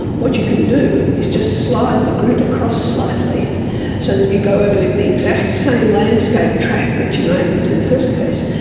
what you can do is just slide the grid across slightly so that you go over the exact same landscaped track that you made in the first case,